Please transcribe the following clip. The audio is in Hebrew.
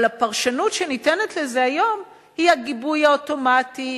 אבל הפרשנות שניתנת לזה היום היא הגיבוי האוטומטי,